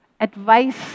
advice